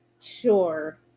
Sure